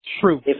True